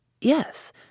Yes